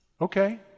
Okay